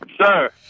Sir